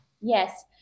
Yes